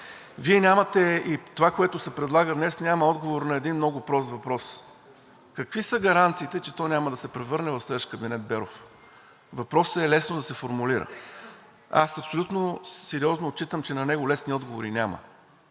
Вие нямате и това, което се предлага днес, няма отговор на един много прост въпрос: какви са гаранциите, че то няма да се превърне в следващ кабинет „Беров“? Въпросът е лесно да се формулира. Аз абсолютно сериозно отчитам, че на него лесни отговори няма.